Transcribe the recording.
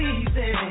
easy